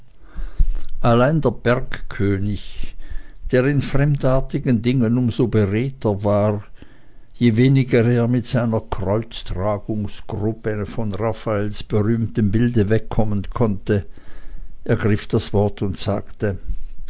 allein der bergkönig der in fremdartigen dingen um so beredter war je weniger er mit seiner kreuztragungsgruppe von raffaels berühmtem bilde wegkommen konnte ergriff das wort und sagte